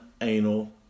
anal